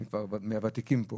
אני כבר מן הוותיקים פה